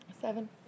seven